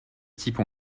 type